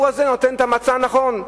החיבור הזה נותן את המצע הנכון,